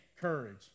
courage